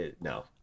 no